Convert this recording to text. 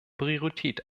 priorität